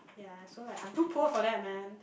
ya so like I'm too poor for that man